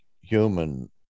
human